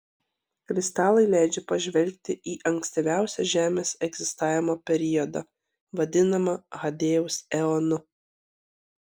kristalai leidžia pažvelgti į ankstyviausią žemės egzistavimo periodą vadinamą hadėjaus eonu